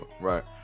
Right